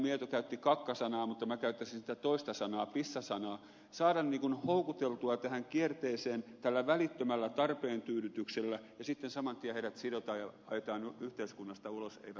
mieto käytti kakka sanaa mutta minä käyttäisin sitä toista sanaa pissa sanaa saada niin kuin houkuteltua tähän kierteeseen tällä välittömällä tarpeentyydytyksellä ja sitten heidät saman tien sidotaan ja ajetaan yhteiskunnasta ulos eivätkä he enää äänestäkään